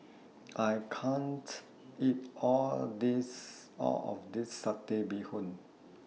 I can't eat All of This Satay Bee Hoon